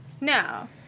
No